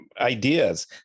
ideas